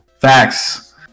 Facts